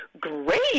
great